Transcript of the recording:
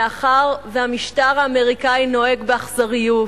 מאחר שהמשטר האמריקני נוהג באכזריות,